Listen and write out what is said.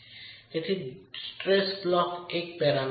તેથી stress block એક parameter છે